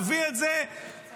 נביא את זה מהם.